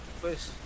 pues